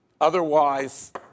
otherwise